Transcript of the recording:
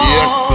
Yes